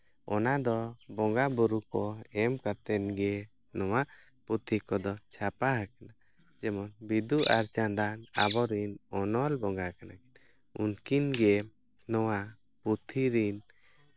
ᱚᱱᱟ ᱫᱚ ᱵᱚᱸᱜᱟ ᱵᱳᱨᱳ ᱠᱚ ᱮᱢ ᱠᱟᱛᱮ ᱜᱮ ᱱᱚᱣᱟ ᱯᱩᱛᱷᱤ ᱠᱚᱫᱚ ᱪᱷᱟᱯᱟ ᱦᱟᱠᱟᱱᱟ ᱡᱮᱢᱚᱱ ᱵᱤᱫᱩ ᱟᱨ ᱪᱟᱸᱫᱟᱱ ᱟᱵᱚ ᱨᱤᱱ ᱚᱱᱚᱞ ᱵᱚᱸᱜᱟ ᱠᱟᱱᱟ ᱠᱤᱱ ᱩᱱᱠᱤᱱ ᱜᱮ ᱱᱚᱣᱟ ᱯᱩᱛᱷᱤ ᱨᱤᱱ